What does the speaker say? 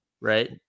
right